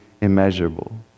immeasurable